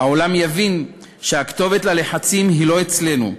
העולם יבין שהכתובת ללחצים היא לא אצלנו,